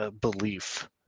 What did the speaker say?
belief